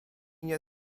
nie